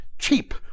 cheap